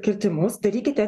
kirtimus darykite